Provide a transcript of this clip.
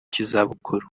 cy’izabukuru